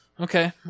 Okay